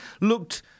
looked